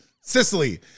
sicily